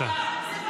איתנו?